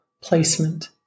placement